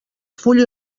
full